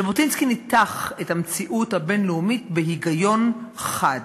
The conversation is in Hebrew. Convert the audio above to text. ז'בוטינסקי ניתח את המציאות הבין-לאומית בהיגיון חד.